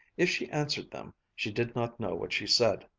if she answered them, she did not know what she said.